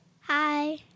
Hi